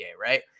Right